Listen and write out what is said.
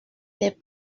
les